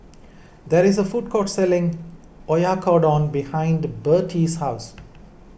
there is a food court selling Oyakodon behind Birtie's house